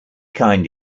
kind